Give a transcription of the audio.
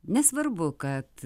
nesvarbu kad